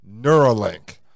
Neuralink